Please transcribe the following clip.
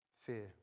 fear